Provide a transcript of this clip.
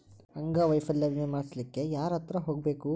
ಅಂಗವೈಫಲ್ಯ ವಿಮೆ ಮಾಡ್ಸ್ಲಿಕ್ಕೆ ಯಾರ್ಹತ್ರ ಹೊಗ್ಬ್ಖು?